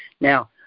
Now